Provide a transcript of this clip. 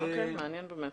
אוקיי, מעניין באמת.